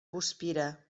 guspira